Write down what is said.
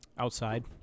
Outside